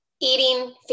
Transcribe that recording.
eating